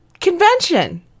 convention